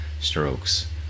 strokes